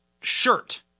shirt